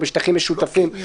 או בשטחים משותפים.